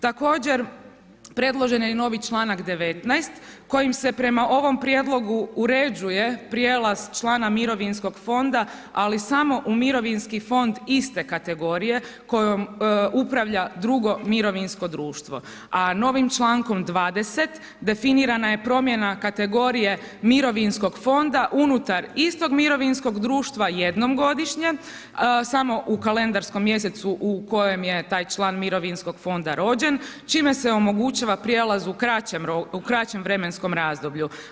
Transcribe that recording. Također, predložen je i novi čl. 19. kojim se prema ovom Prijedlogu uređuje prijelaz člana mirovinskog fonda, ali samo u mirovinski fond iste kategorije kojom upravlja drugo mirovinsko društvo, a novim čl. 20. definirana je promjena kategorije mirovinskog fonda unutar istog mirovinskog društva jednom godišnje, samo u kalendarskom mjesecu u kojem je taj član mirovinskog fonda rođen, čime se omogućava prijelaz u kraćem vremenskom razdoblju.